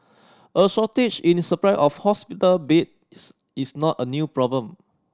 a shortage in supply of hospital beds is not a new problem